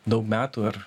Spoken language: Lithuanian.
daug metų ar